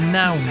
now